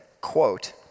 quote